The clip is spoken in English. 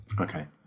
Okay